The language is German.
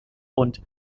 und